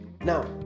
Now